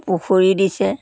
পুখুৰী দিছে